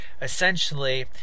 essentially